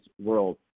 world